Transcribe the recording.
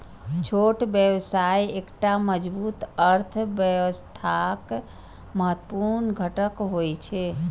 छोट व्यवसाय एकटा मजबूत अर्थव्यवस्थाक महत्वपूर्ण घटक होइ छै